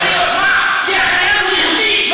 מה, כי החייל הוא יהודי?